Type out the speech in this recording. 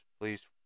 Please